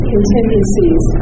contingencies